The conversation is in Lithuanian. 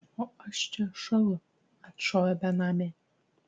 o aš čia šąlu atšovė benamė